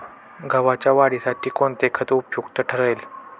गव्हाच्या वाढीसाठी कोणते खत उपयुक्त ठरेल?